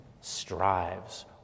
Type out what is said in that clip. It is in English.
strives